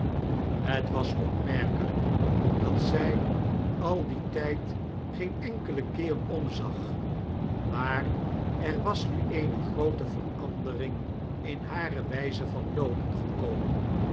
het was opmerkelyk dat zy al dien tyd geen enkelen keer omzag maar er was nu eene groote verandering in hare wyze van loopen gekomen